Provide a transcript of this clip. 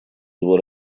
его